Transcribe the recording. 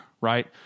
right